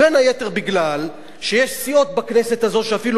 בין היתר כי יש סיעות בכנסת הזאת שאפילו